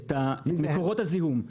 את מקורות הזיהום.